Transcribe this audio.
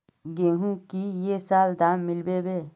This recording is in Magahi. गेंहू की ये साल दाम मिलबे बे?